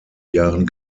jahren